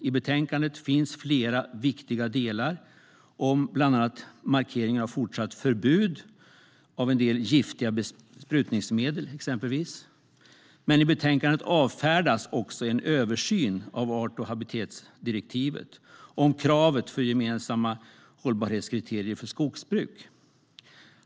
I betänkandet finns flera viktiga delar om bland annat markering av fortsatt förbud mot exempelvis en del giftiga besprutningsmedel. Men i betänkandet avfärdas också en översyn av art och habitatdirektivet och kravet för gemensamma hållbarhetskriterier för skogsbruk.